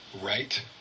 right